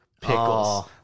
Pickles